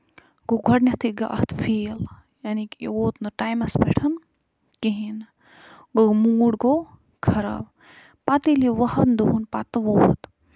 گوٚو گۄڈٕنٮ۪تھٕے گوٚو اَتھ فیٖل یعنے کہِ یہِ ووٚت نہٕ ٹایمَس پٮ۪ٹھ کِہیٖنٛۍ نہٕ گوٚو موٗڈ گوٚو خراب پَتہٕ ییٚلہِ یہِ وُہن دۄہن پَتہٕ ووت